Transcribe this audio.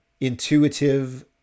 intuitive